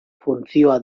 funtzioa